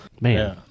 Man